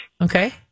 Okay